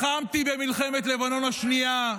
לחמתי במלחמת לבנון השנייה.